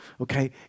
Okay